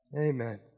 Amen